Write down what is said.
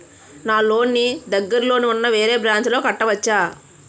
నా లోన్ నీ దగ్గర్లోని ఉన్న వేరే బ్రాంచ్ లో కట్టవచా?